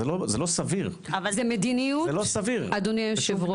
זה לא של יוצאי אתיופיה,